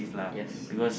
yes